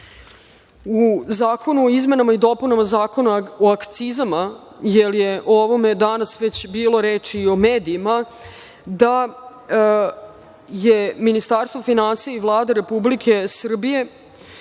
u zakonu o izmenama i dopunama Zakona o akcizama, jer je u ovome danas već bilo reči u medijima, da su Ministarstvo finansija i Vlada Republike Srbije